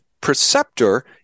preceptor